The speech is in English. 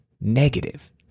negative